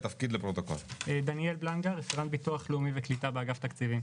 אני רפרנט ביטוח לאומי וקליטה באגף תקציבים.